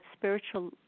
spiritual